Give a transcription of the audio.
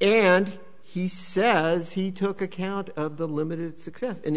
and he says he took account of the limited success and